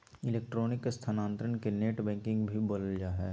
electronic स्थानान्तरण के net banking भी बोलल जा हइ